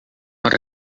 not